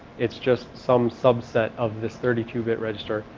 it's just some subset of this thirty two bit register.